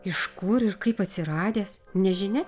iš kur ir kaip atsiradęs nežinia